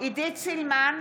עידית סילמן,